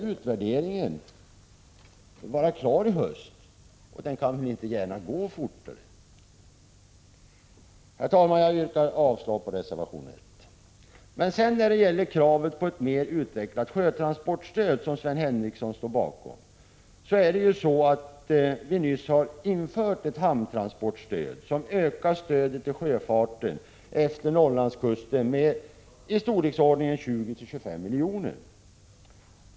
Utvärderingen skall vara klar i höst. Det kan väl inte gärna gå — Prot. 1985/86:143 fortare. 15 maj 1986 Herr talman! Jag yrkar avslag på reservation 1. Sven Henricsson står bakom kravet på ett mer utvecklat sjötransportstöd. Vi har nyss infört ett hamntransportstöd, som ökar stödet till sjöfarten efter Norrlandskusten med i storleksordningen 20-25 miljoner.